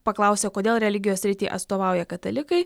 paklausia kodėl religijos sritį atstovauja katalikai